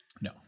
no